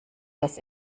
dass